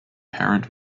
parent